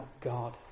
God